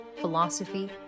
philosophy